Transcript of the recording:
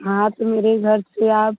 हाँ तो मेरे घर से आप